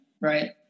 Right